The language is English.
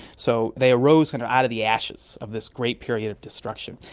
so they arose kind of out of the ashes of this great period of destruction.